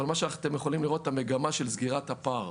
אבל אתם יכולים לראות את המגמה של סגירת הפער.